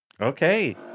Okay